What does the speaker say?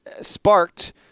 sparked